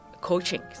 coaching